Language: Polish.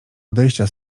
odejścia